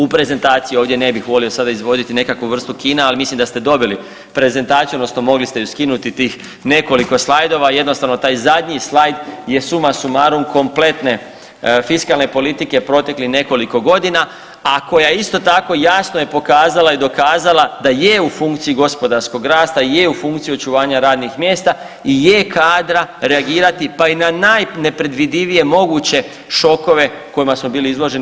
U prezentaciji ne bih volio sada izvoditi nekakvu vrstu kina, ali mislim da ste dobili prezentaciju odnosno mogli ste ju skinuti tih nekoliko slajdova i jednostavno taj zadnji slajd je suma sumarum kompletne fiskalne politike proteklih nekoliko godina, a koja isto tako jasno je pokazala i dokazala da je u funkciji gospodarskog rasta, je u funkciji očuvanja radnih mjesta i je kadra reagirati i na najpredvidivije moguće šokove kojima smo bili izloženi.